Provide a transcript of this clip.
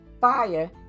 fire